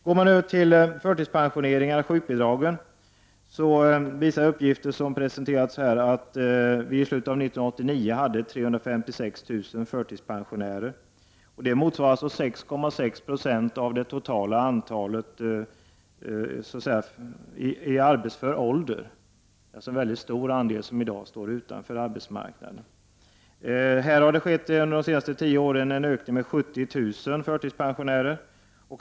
När det gäller förtidspensionering och sjukbidrag visar uppgifter som har presenterats att det i slutet av 1989 fanns 356000 förtidspensionärer. Det motsvarar 6,6 70 av det totala antalet personer i arbetsför ålder. Det är alltså en mycket stor andel som i dag står utanför arbetsmarknaden. Här har det under de senaste tio åren skett en ökning med 70 000 förtidspensionärer.